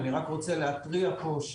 אם נצליח להיום להכריע את זה ב-16:30, נעשה זאת.